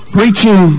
Preaching